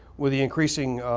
with the increasing